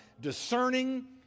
discerning